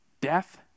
death